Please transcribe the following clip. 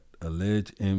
alleged